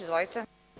Izvolite.